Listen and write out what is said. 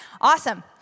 Awesome